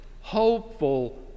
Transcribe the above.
hopeful